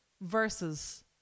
versus